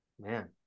man